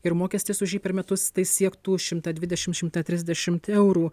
ir mokestis už jį per metus tai siektų šimtą dvidešim šimtą trisdešim eurų